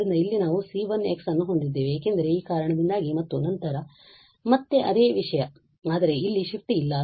ಆದ್ದರಿಂದ ಇಲ್ಲಿ ನಾವು C1x ಅನ್ನು ಹೊಂದಿದ್ದೇವೆ ಏಕೆಂದರೆ ಈ ಕಾರಣದಿಂದಾಗಿ ಮತ್ತು ನಂತರ ಮತ್ತೆ ಅದೇ ವಿಷಯ ಆದರೆ ಇಲ್ಲಿ ಶಿಫ್ಟ್ ಇಲ್ಲ